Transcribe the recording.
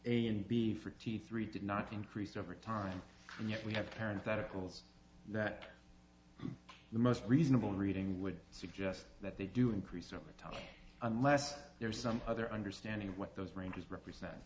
and b for t three did not increase over time and yet we have parents that are calls that the most reasonable reading would suggest that they do increase over time unless there's some other understanding of what those ranges represent